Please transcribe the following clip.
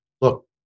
look